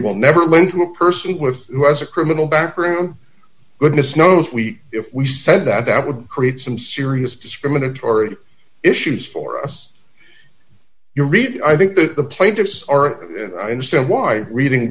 will never lend to a person with who has a criminal background goodness knows we if we said that that would create some serious discriminatory issues for us you read i think that the plaintiffs are instead why reading